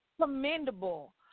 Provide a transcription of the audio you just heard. commendable